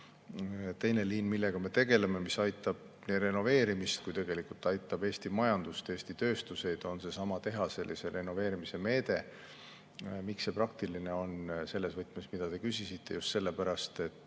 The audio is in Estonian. Teine liin, millega me tegeleme, mis aitab renoveerimist ja tegelikult ka Eesti majandust ja Eesti tööstust, on tehaselise renoveerimise meede. Miks on see praktiline selles võtmes, mida te küsisite? Just sellepärast, et